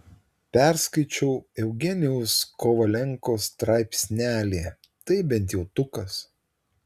perskaičiau eugenijaus kovalenkos straipsnelį tai bent jautukas